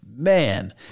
Man